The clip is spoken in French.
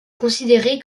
considérée